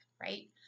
right